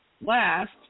last